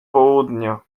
południa